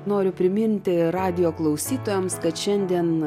noriu priminti radijo klausytojams kad šiandien